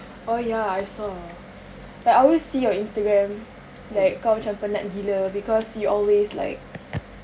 oh ya I saw like I always see your Instagram like kau macam penat gila because you always like